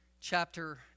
chapter